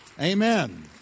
Amen